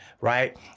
right